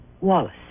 Wallace